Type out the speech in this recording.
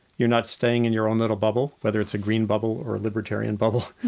you're not staying in your own little bubble, whether it's a green bubble or a libertarian bubble,